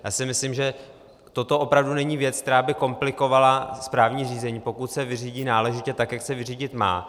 Já si myslím, že toto opravdu není věc, která by komplikovala správní řízení, pokud se vyřídí náležitě, tak jak se vyřídit má.